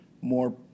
more